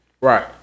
right